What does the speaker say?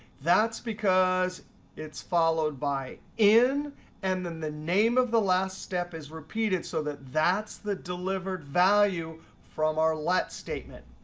that's because it's followed by in and then the name of the last step is repeated so that that's the delivered value from our let statement.